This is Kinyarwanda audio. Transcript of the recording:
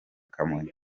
kamonyi